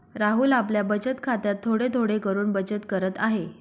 राहुल आपल्या बचत खात्यात थोडे थोडे करून बचत करत आहे